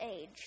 age